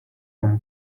from